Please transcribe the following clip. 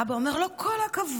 והאבא אומר לו: כל הכבוד,